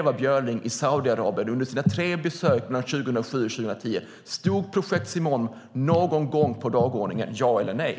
Vad gjorde du i Saudiarabien under dina tre besök mellan 2007 och 2010? Stod projekt Simoom någon gång på dagordningen? Ja eller nej?